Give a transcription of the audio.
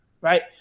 right